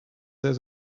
there